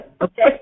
Okay